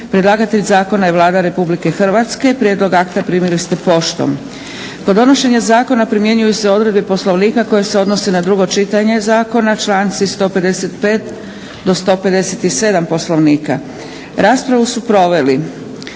Predlagatelj zakona je Vlada Republike Hrvatske. Prijedlog akta primili ste poštom. Kod donošenja zakona primjenjuju se odredbe Poslovnika koje se odnose na drugo čitanje zakona, članci 155. do 157. Poslovnika. Raspravu su proveli: